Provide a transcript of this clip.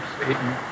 Satan